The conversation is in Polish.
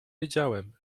wiedziałem